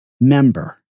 member